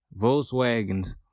Volkswagens